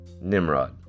Nimrod